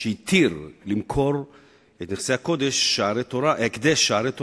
שהתיר למכור את נכסי ההקדש "שערי תורה"